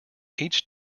each